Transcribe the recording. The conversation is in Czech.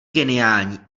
geniální